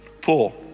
Pull